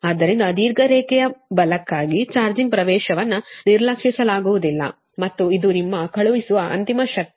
ಆದ್ದರಿಂದ ದೀರ್ಘ ರೇಖೆಯ ಬಲಕ್ಕಾಗಿ ಚಾರ್ಜಿಂಗ್ ಪ್ರವೇಶವನ್ನು ನಿರ್ಲಕ್ಷಿಸಲಾಗುವುದಿಲ್ಲ ಮತ್ತು ನಿಮ್ಮ ಕಳುಹಿಸುವ ಅಂತಿಮ ಶಕ್ತಿ 52